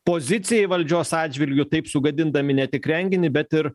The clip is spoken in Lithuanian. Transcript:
pozicijai valdžios atžvilgiu taip sugadindami ne tik renginį bet ir